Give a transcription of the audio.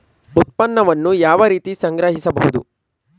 ಉತ್ಪನ್ನವನ್ನು ಯಾವ ರೀತಿ ಸಂಗ್ರಹಿಸಬಹುದು?